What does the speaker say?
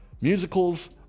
Musicals